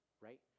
right